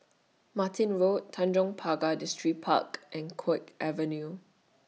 Martin Road Tanjong Pagar Distripark and Guok Avenue